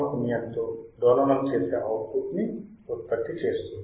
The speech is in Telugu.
పున్యంతో డోలనం చేసే అవుట్పుట్ ని ఉత్పత్తి చేస్తుంది